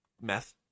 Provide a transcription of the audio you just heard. Meth